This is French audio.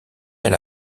elle